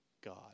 God